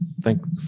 thanks